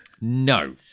No